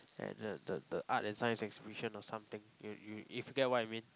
and the the the art and science exhibition or something you you you can get what I mean